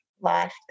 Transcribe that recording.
life